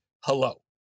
hello